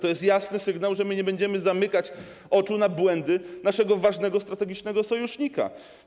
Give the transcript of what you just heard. To jest jasny sygnał, że nie będziemy zamykać oczu na błędy naszego ważnego strategicznego sojusznika.